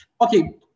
okay